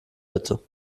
bitte